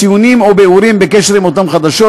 ציונים או ביאורים בקשר עם אותם חדשות,